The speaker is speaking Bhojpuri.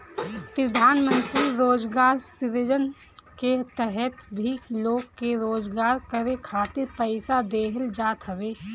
प्रधानमंत्री रोजगार सृजन के तहत भी लोग के रोजगार करे खातिर पईसा देहल जात हवे